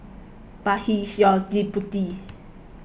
but he is your deputy